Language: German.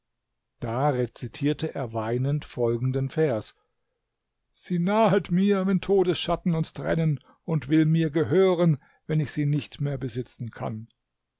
da rezitierte er weinend folgenden vers sie nahet mir wenn todesschatten uns trennen und will mir gehören wenn ich sie nicht mehr besitzen kann